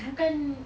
bukan